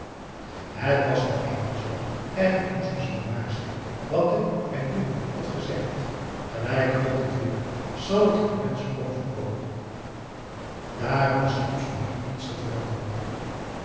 het was nu eenmaal zoo en het moest dus wel waar zijn wat de penghoeloe had gezegd gelijk god het wil zal het een mensch overkomen dààraan was absoluut niets te veranderen